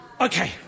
Okay